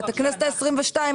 הכנסת העשרים-ושתיים,